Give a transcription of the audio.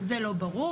זה לא ברור.